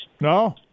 no